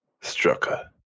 Strucker